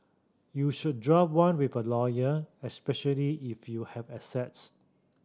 you should draft one with a lawyer especially if you have assets